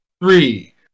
Three